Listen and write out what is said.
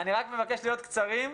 אני מבקש להיות קצרים.